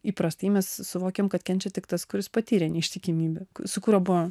įprastai mes suvokiam kad kenčia tik tas kuris patyrė neištikimybę su kuriuo buvo